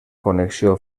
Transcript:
connexió